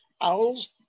owls